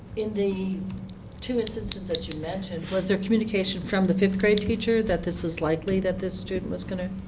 in the two instances that you mentioned, was there communication from the fifth-grade teacher that this is likely that the student was going to?